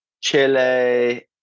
Chile